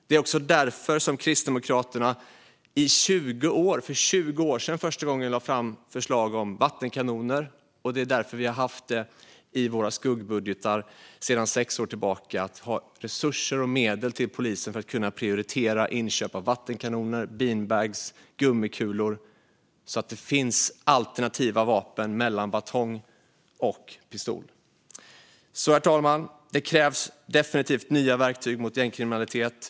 Det är också därför som Kristdemokraterna redan för 20 år sedan för första gången lade fram förslag om vattenkanoner, och det är därför vi i våra skuggbudgetar sedan sex år har haft med resurser och medel till polisen för att kunna prioritera inköp av vattenkanoner, beanbags och gummikulor, så att det ska finnas alternativa vapen mellan batong och pistol. Herr talman! Det krävs definitivt nya verktyg mot gängkriminalitet.